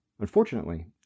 Unfortunately